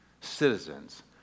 citizens